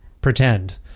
pretend